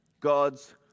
God's